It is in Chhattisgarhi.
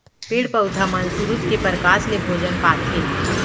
पेड़ पउधा मन सुरूज के परकास ले भोजन पाथें